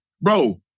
Bro